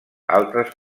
altres